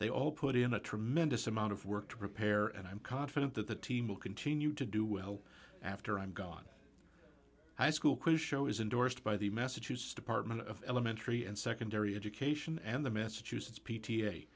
they all put in a tremendous amount of work to prepare and i'm confident that the team will continue to do well after i'm gone high school quiz show is indorsed by the massachusetts department of elementary and secondary education and the massachusetts p